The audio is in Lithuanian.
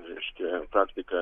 reiškia praktika